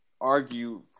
argue